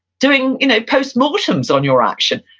doing you know post mortems on your action.